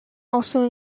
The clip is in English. also